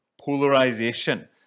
polarization